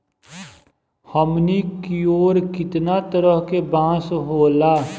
हमनी कियोर कितना तरह के बांस होला